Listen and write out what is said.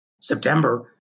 September